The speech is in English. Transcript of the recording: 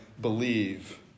believe